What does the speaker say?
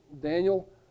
Daniel